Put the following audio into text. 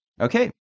okay